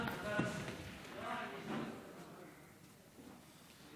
(אומר בערבית: